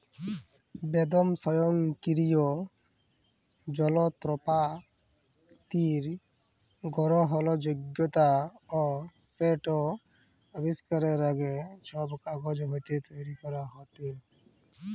বেদম স্বয়ংকিরিয় জলত্রপাতির গরহলযগ্যতা অ সেট আবিষ্কারের আগে, ছব কাগজ হাতে তৈরি ক্যরা হ্যত